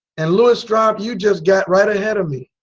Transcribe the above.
and louis straub you just got right ahead of me.